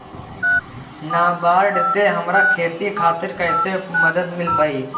नाबार्ड से हमरा खेती खातिर कैसे मदद मिल पायी?